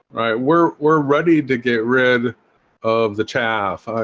we're we're ready to get rid of the chaff.